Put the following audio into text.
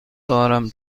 دارم